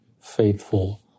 faithful